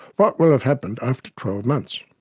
but will have happened after twelve months?